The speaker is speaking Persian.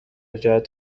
جهت